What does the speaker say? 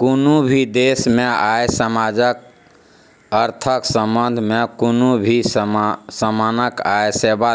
कुनु भी देश में आ समाजक अर्थक संबंध में कुनु भी समानक आ सेवा